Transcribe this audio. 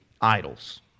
idols